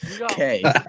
Okay